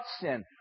sin